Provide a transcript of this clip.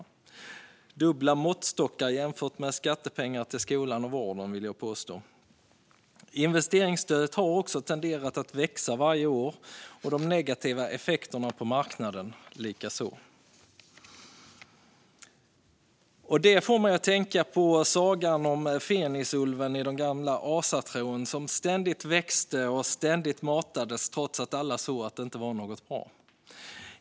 Jag vill påstå att det är dubbla måttstockar jämfört med skattepengar till skola och vård. Investeringsstödet har också tenderat att växa varje år och de negativa effekterna på marknaden likaså. Detta får mig att tänka på sagan om Fenrisulven i den gamla asatron som ständigt växte och ständigt matades trots att alla såg att det inte var bra.